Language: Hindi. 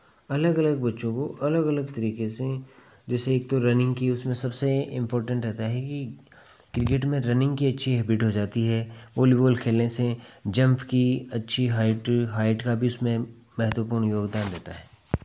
अलग अलग बच्चों को अलग अलग तरीके से जैसे एक तो रनिंग की उसमें सबसे इम्पोर्टेंट रहता है कि क्रिकेट में रनिंग की अच्छी हैबिट हो जाती है वॉलिबॉल खेलने से जम्प की अच्छी हाइट हाइट का भी उसमें महत्वपूर्ण योगदान रहता है